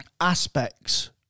aspects